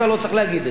לא צריך להגיד את זה.